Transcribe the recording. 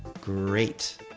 great!